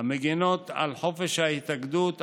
המגינות על חופש ההתאגדות,